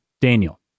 Daniel